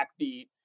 backbeat